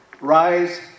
rise